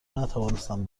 نتوانستم